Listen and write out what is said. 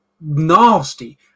nasty